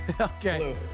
Okay